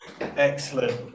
Excellent